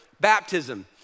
baptism